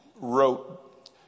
wrote